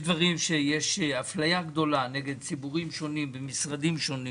יש דברים בהם יש אפליה גדולה נגד ציבורים שונים במשרדים שונים